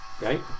right